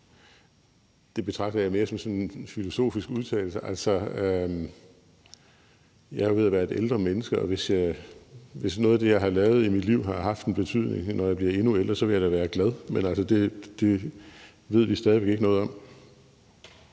det betragter jeg mere som sådan en filosofisk udtalelse. Jeg er ved at være et ældre menneske, og hvis noget af det, jeg har lavet i mit liv, har haft en betydning, når jeg bliver endnu ældre, vil jeg da være glad. Men det ved vi stadig væk ikke noget om.